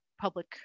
public